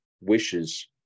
wishes